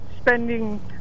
spending